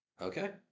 Okay